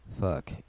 Fuck